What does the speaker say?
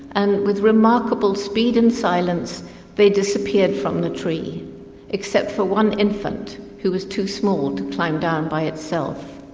and with remarkable speed and silence they disappeared from the tree except for one infant who was too small to climb down by itself.